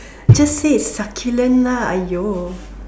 just say succulent lah !aiyo!